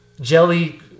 jelly